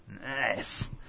Nice